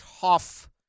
tough